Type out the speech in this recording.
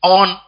on